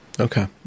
Okay